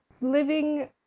living